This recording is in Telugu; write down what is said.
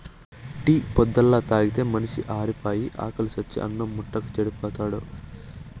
టీ పొద్దల్లా తాగితే మనిషి ఆరిపాయి, ఆకిలి సచ్చి అన్నిం ముట్టక చెడిపోతాడు